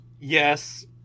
Yes